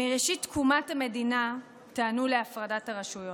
"מראשית תקומת המדינה טענו להפרדת הרשויות.